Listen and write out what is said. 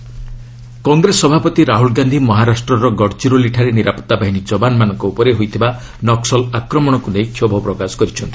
Rahul Naxal attack Congress ସଭାପତି ରାହ୍ରଲ୍ ଗାନ୍ଧି ମହାରାଷ୍ଟ୍ରର ଗଡ଼ଚିରୋଲିଠାରେ ନିରାପତ୍ତା ବାହିନୀ ଯବାନମାନଙ୍କ ଉପରେ ହୋଇଥିବା ନକ୍କଲ୍ ଆକ୍ରମଣକୁ ନେଇ କ୍ଷୋଭ ପ୍ରକାଶ କରିଛନ୍ତି